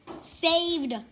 Saved